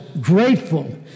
grateful